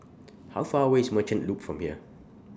How Far away IS Merchant Loop from here